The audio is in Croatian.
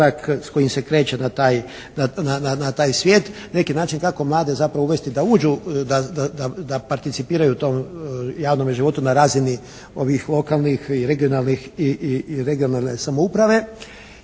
na taj svijet. Na neki način kako mlade zapravo uvesti da uđu, da participiraju to u javnome životu na razini ovih lokalnih i regionalnih i